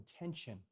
intention